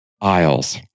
Isles